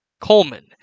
Coleman